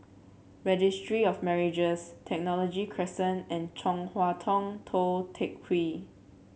Registry of Marriages Technology Crescent and Chong Hua Tong Tou Teck Hwee